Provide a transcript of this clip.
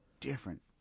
different